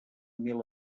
mil